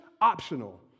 optional